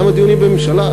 כמה דיונים בממשלה: